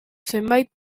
zenbait